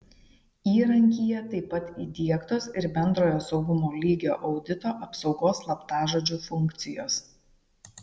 įrankyje taip pat įdiegtos ir bendrojo saugumo lygio audito apsaugos slaptažodžiu funkcijos